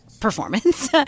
performance